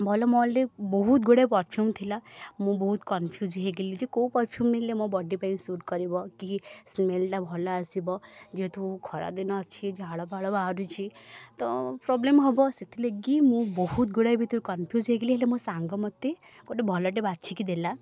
ଭଲ ମଲ୍ରେ ବହୁତ ଗୁଡ଼ିଏ ପରଫ୍ୟୁମ୍ ଥିଲା ମୁଁ ବହୁତ କନଫିଉଜ୍ ହେଇଗଲି ଯେ କେଉଁ ପରଫ୍ୟୁମ୍ ନେଲେ ମୋ ବଡ଼ି ପାଇଁ ସୁଟ୍ କରିବ କି ସ୍ମେଲ୍ଟା ଭଲ ଆସିବ ଯେହେତୁ ଖରାଦିନ ଅଛି ଝାଳଫାଳ ବାହାରୁଛି ତ ପ୍ରୋବ୍ଲେମ୍ ହବ ସେଥିଲାଗି ମୁଁ ବହୁତ ଗୁଡ଼ାଏ ଭିତରୁ କନଫିଉଜ୍ ହେଇଗଲି ହେଲେ ମୋ ସାଙ୍ଗ ମୋତେ ଗୋଟେ ଭଲଟେ ବାଛିକି ଦେଲା